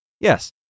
Yes